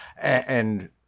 and-